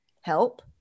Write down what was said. help